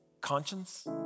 conscience